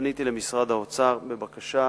פניתי אל משרד האוצר בבקשה